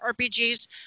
rpgs